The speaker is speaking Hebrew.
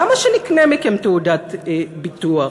למה שנקנה מכם תעודת ביטוח?